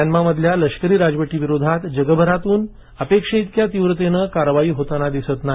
म्यानमामधल्या लष्करी राजवटीविरोधात जगभरातून अपेक्षेइतक्या तीव्रतेनं कारवाई होताना दिसत नाही